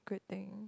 good thing